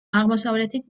აღმოსავლეთით